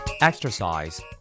Exercise